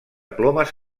plomes